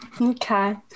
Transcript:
Okay